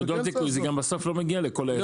נקודות זיכוי בסוף לא מגיעות לכל האזרחים.